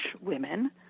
women